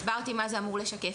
הסברתי מה זה אמור לשקף.